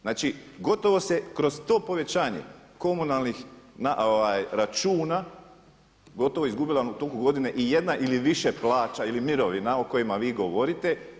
Znači gotovo se kroz to povećanje komunalnih računa gotovo izgubila u toku godine i jedna ili više plaća ili mirovina o kojima vi govorite.